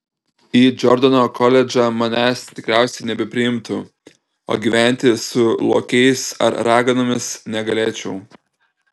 į džordano koledžą manęs tikriausiai nebepriimtų o gyventi su lokiais ar raganomis negalėčiau